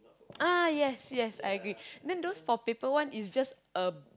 ah yes yes I agree then those for paper one is just a